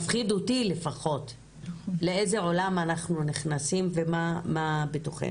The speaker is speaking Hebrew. מפחיד אותי לפחות לאיזה עולם אנחנו נכנסים ומה בתוכנו.